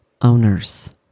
owners